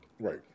Right